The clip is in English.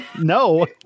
no